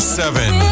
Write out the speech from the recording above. seven